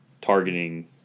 targeting